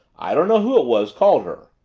i don't know who it was called her.